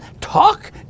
talk